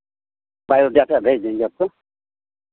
biodata भेज देंगे आपको